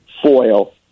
foil